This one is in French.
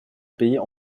payer